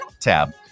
tab